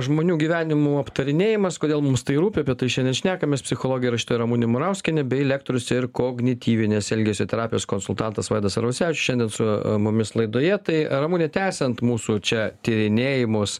žmonių gyvenimų aptarinėjimas kodėl mums tai rūpi apie tai šiandien šnekamės psichologė ir rašytoja ramunė murauskienė bei lektorius ir kognityvinės elgesio terapijos konsultantas vaidas arvasevičius šiandien su mumis laidoje tai ramune tęsiant mūsų čia tyrinėjimus